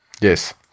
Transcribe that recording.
yes